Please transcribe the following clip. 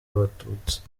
abatutsi